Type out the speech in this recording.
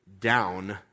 down